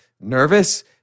nervous